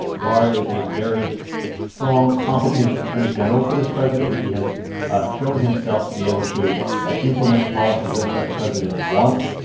barr is a very strong, competent attorney general for this president. he has shown himself to be able to implement the policies that that the president wants,